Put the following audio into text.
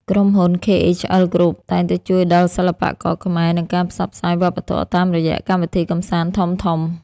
ក្រុមហ៊ុន ខេអេចអិល ក្រុប (KHL Group) តែងតែជួយដល់សិល្បករខ្មែរ និងការផ្សព្វផ្សាយវប្បធម៌តាមរយៈកម្មវិធីកម្សាន្តធំៗ។